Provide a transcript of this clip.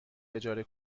اجاره